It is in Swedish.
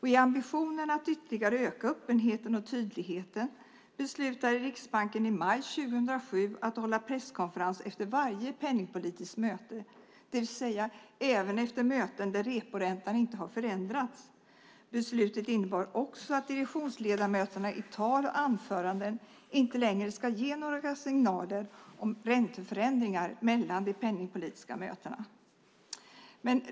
I ambitionen att ytterligare öka öppenheten och tydligheten beslutade Riksbanken i maj 2007 att hålla presskonferens efter varje penningpolitiskt möte, det vill säga även efter möten där reporäntan inte har förändrats. Beslutet innebar också att direktionsledamöterna i tal och anföranden inte längre ska ge några signaler om ränteförändringar mellan de penningpolitiska mötena.